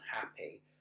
happy